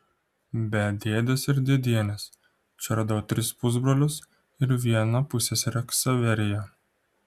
be dėdės ir dėdienės čia radau tris pusbrolius ir vieną pusseserę ksaveriją